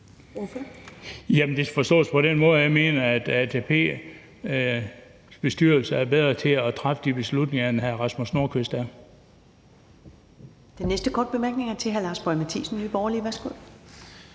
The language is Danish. skal forstås på den måde, at jeg mener, at ATP's bestyrelse er bedre til at træffe de beslutninger, end hr. Rasmus Nordqvist er.